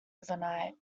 overnight